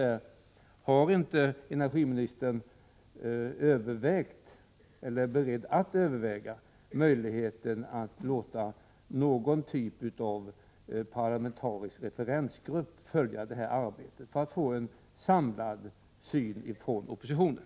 Är energiministern inte beredd att överväga möjligheten att låta någon typ av parlamentarisk referensgrupp följa detta arbete så att man kan få en samlad och kontinuerlig medverkan från oppositionen?